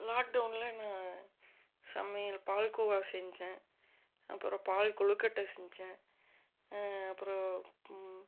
லாக்டவுனில் என்ன சமையல் பால்கோவா செஞ்சேன் அப்புறம் பால் கொலுக்கட்டடை செஞ்சேன் அப்புறம்